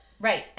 Right